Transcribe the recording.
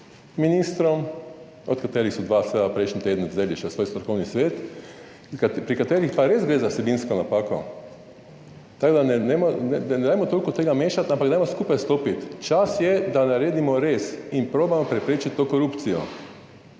ministrom, od katerih sta dva seveda prejšnji teden vzeli še svoj strokovni svet, pri katerih pa res gre za vsebinsko napako. **43. TRAK: (SC) – 15.30** (nadaljevanje) Tako da ne dajmo toliko tega mešati, ampak dajmo skupaj stopiti. Čas je, da naredimo res in probamo preprečiti to korupcijo.